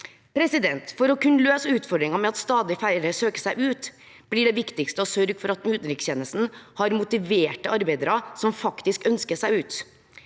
måte. For å kunne løse utfordringene med at stadig færre søker seg ut, blir det viktigste å sørge for at utenrikstjenesten har motiverte arbeidere som faktisk ønsker seg ut.